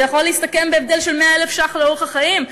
יכול להסתכם בהבדל של 100,000 ש"ח לאורך החיים.